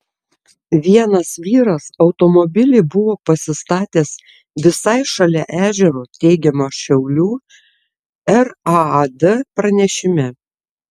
vienas vyras automobilį buvo pasistatęs visai šalia ežero teigiama šiaulių raad pranešime